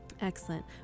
Excellent